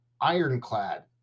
ironclad